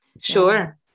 Sure